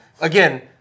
Again